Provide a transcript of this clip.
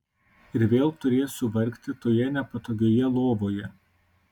ir vėl turėsiu vargti toje nepatogiojoje lovoje